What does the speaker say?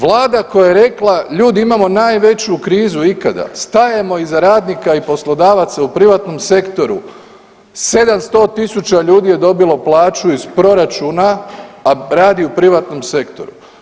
Vlada koja je rekla, ljudi, imamo najveću krizu ikada, stajemo iza radnika i poslodavaca u privatnom sektoru, 700 tisuća ljudi je dobilo plaću iz proračuna, a radi u privatnom sektoru.